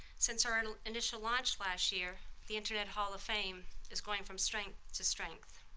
since our and ah initial launch last year the internet hall of fame is going from strength to strength.